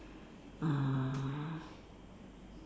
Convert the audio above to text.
uh